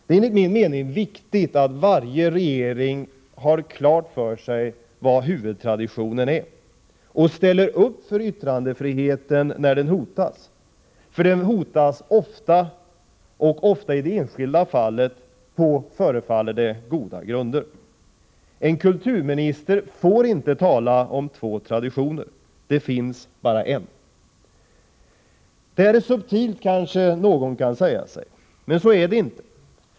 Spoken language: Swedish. Det är enligt min mening viktigt att varje regering har klart för sig vad huvudtraditionen är och ställer upp för yttrandefriheten när den hotas, för den hotas ofta, och ofta i det enskilda fallet på, förefaller det, goda grunder. En kulturminister får inte tala om två traditioner. Det finns bara en. Det här är subtilt kanske någon kan säga sig. Men så är det inte.